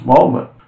moment